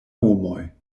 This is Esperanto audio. homoj